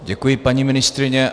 Děkuji, paní ministryně.